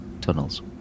tunnels